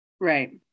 right